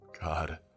God